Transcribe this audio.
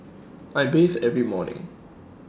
I bathe every morning